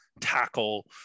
tackle